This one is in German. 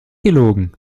gelogen